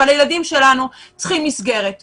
אבל הילדים שלנו צריכים מסגרת קבועה.